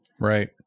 Right